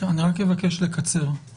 אני רק אבקש לקצר.